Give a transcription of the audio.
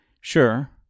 Sure